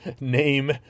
name